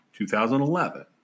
2011